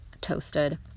toasted